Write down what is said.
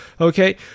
Okay